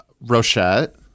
Rochette